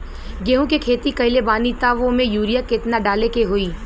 गेहूं के खेती कइले बानी त वो में युरिया केतना डाले के होई?